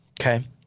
Okay